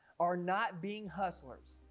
are not being hustlers.